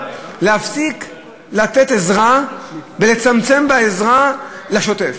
להפסיק לתת עזרה ולצמצם בעזרה לשוטף.